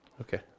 Okay